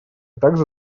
также